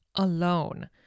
alone